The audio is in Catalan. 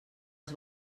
els